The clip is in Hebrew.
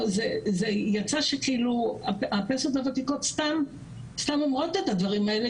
יצא שהפנסיות הוותיקות סתם אומרות את הדברים האלה